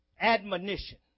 admonition